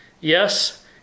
Yes